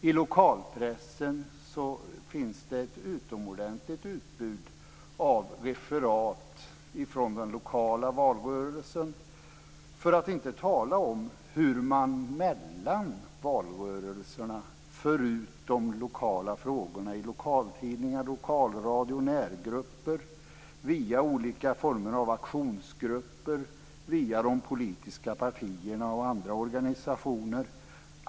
I lokalpressen finns det ett utomordentligt utbud av referat från den lokala valrörelsen, för att inte tala om hur man mellan valrörelserna för ut de lokala frågorna i lokaltidningar, lokalradio, närgrupper, via olika former av aktionsgrupper, via de politiska partierna och andra organisationer.